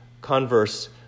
converse